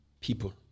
people